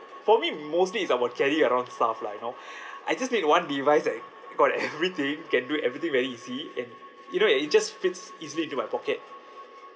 for me mostly it's about carry around stuff lah you know I just need one device that got everything can do everything very easy and you know it it just fits easily into my pocket